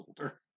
older